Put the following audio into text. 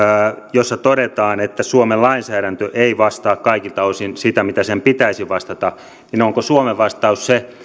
jossa todetaan että suomen lainsäädäntö ei vastaa kaikilta osin sitä mitä sen pitäisi vastata niin onko suomen vastaus se